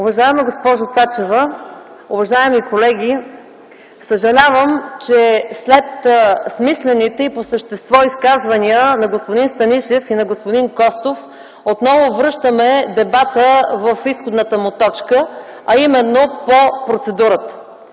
Уважаема госпожо Цачева, уважаеми колеги! Съжалявам, че след смислените и по същество изказвания на господин Станишев и на господин Костов отново връщаме дебата в изходната му точка, а именно по процедурата.